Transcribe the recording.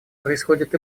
происходят